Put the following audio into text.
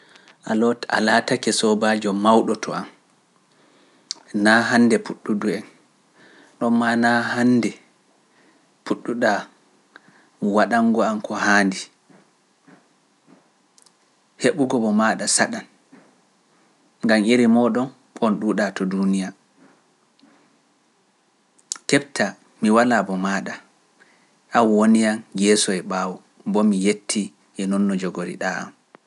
Alot a laatake soobaajo mawɗo to am, naa hannde puɗɗudu en, ɗon maa naa hannde puɗɗuɗaa waɗango am ko haandi, heɓugo bo maaɗa saɗan, ngam yeri mooɗon on ɗuuɗaa to duuniya, keɓta mi walaa bo maaɗa, an woni yam yeeso e ɓaawo mbo mi yettii e noon no jogoriɗaa am.